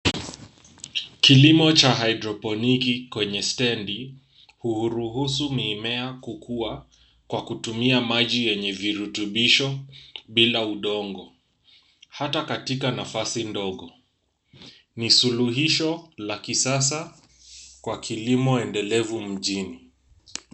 Kilimo cha haidroponiki kwenye stendi huruhusu mimea kukua kwa kutumia maji yenye virutubisho bila udongo hata katika nafasi ndogo. Ni suluhisho la kisasa kwa kilimo endelevu mjini.